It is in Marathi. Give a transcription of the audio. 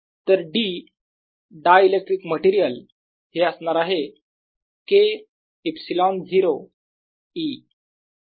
तर D - डायइलेक्ट्रिक मटेरियल हे असणार आहे K ε0 E